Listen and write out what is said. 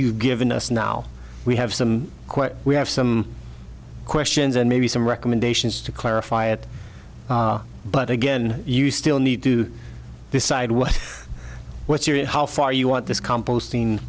you've given us now we have some we have some questions and maybe some recommendations to clarify it but again you still need to decide what what your how far you want this composting